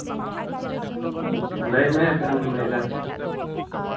ᱚᱻ ᱞᱟᱹᱭᱢᱮ ᱪᱮᱫ ᱮᱢ ᱞᱟᱹᱭᱫᱟ